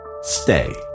stay